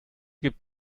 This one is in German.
gibt